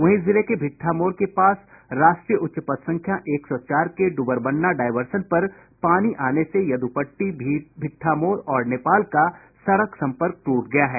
वहीं जिले के भिट्ठामोड़ के पास राष्ट्रीय उच्च पथ संख्या एक सौ चार के ड्बरबन्ना डायवर्सन पर पानी आने से यद्रपट्टी भिट्ठामोड़ और नेपाल का सड़क सम्पर्क ट्रट गया है